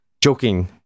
joking